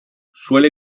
suele